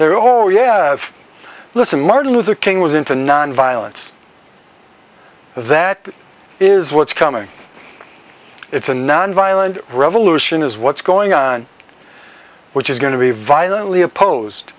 they're all yeah listen martin luther king was into nonviolence that is what's coming it's a nonviolent revolution is what's going on which is going to be violently oppose